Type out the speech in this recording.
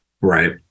right